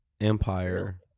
Empire